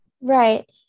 Right